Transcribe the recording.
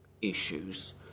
issues